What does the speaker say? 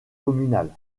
communales